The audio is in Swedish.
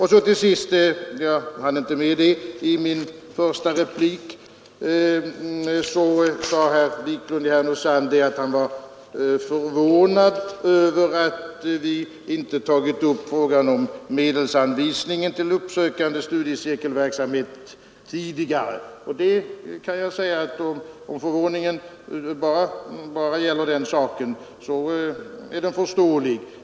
Herr Wiklund i Härnösand sade — jag hann inte gå in på det i min första replik — att han var förvånad över att vi inte tagit upp frågan om medelsanvisningen till uppsökande studiecirkelverksamhet tidigare. Om förvåningen bara gäller den saken, så är den förståelig.